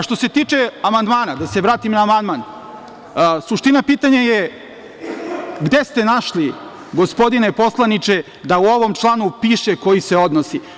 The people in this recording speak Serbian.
Što se tiče amandmana, da se vratim na amandman, suština pitanja je gde ste našli, gospodine poslaniče, da u ovom članu piše – koji se odnosi?